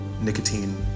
nicotine